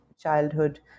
childhood